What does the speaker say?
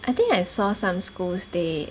I think I saw some schools they